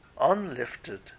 unlifted